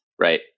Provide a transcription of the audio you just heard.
right